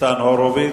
ניצן הורוביץ.